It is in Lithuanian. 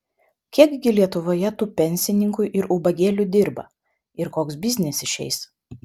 kiek gi lietuvoje tų pensininkų ir ubagėlių dirba ir koks biznis išeis